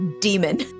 demon